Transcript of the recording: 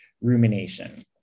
rumination